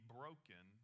broken